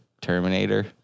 Terminator